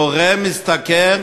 מורה משתכר